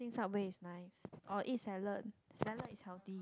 Subway is nice or eat salad salad is healthy